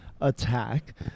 attack